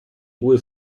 ruhe